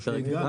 זה פרק אחד.